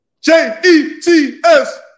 J-E-T-S